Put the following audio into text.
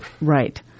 Right